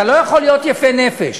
אתה לא יכול להיות יפה נפש.